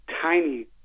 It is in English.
tiny